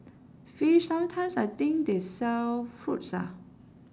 fish sometimes I think they sell fruits ah